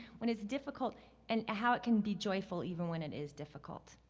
when it's difficult and how it can be joyful even when it is difficult.